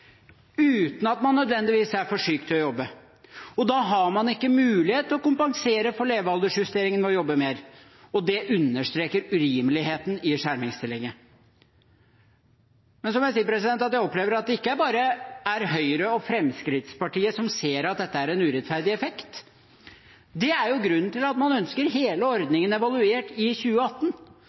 uten at man nødvendigvis er for syk til å jobbe, og da har man ikke mulighet til å kompensere for levealdersjusteringen ved å jobbe mer. Det understreker urimeligheten i skjermingstillegget. Men jeg opplever at det ikke bare er Høyre og Fremskrittspartiet som ser at dette er en urettferdig effekt. Det er jo grunnen til at man ønsker hele ordningen evaluert i 2018.